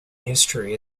history